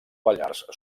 pallars